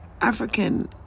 African